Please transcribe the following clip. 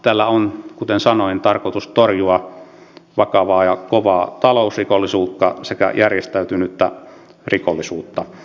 tällä on kuten sanoin nimenomaan tarkoitus torjua vakavaa ja kovaa talousrikollisuutta sekä järjestäytynyttä rikollisuutta